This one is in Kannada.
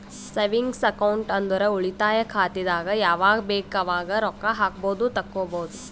ಸೇವಿಂಗ್ಸ್ ಅಕೌಂಟ್ ಅಂದುರ್ ಉಳಿತಾಯ ಖಾತೆದಾಗ್ ಯಾವಗ್ ಬೇಕ್ ಅವಾಗ್ ರೊಕ್ಕಾ ಹಾಕ್ಬೋದು ತೆಕ್ಕೊಬೋದು